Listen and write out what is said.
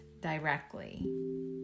Directly